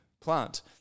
plant